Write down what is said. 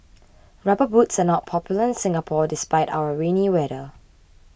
rubber boots are not popular in Singapore despite our rainy weather